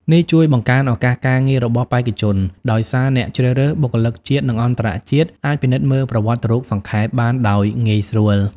នេះជួយបង្កើនឱកាសការងាររបស់បេក្ខជន ដោយសារអ្នកជ្រើសរើសបុគ្គលិកជាតិ និងអន្តរជាតិអាចពិនិត្យមើលប្រវត្តិរូបសង្ខេប បានដោយងាយស្រួល។